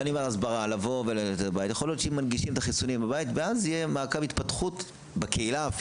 יכול להיות שהנגשת חיסונים לבתים תעודד גם מעקב התפתחות בקהילה.